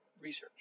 research